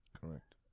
Correct